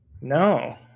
No